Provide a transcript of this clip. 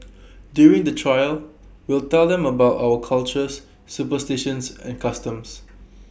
during the trail we'll tell them about our cultures superstitions and customs